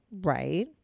Right